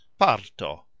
parto